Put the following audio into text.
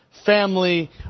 family